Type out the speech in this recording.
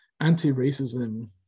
anti-racism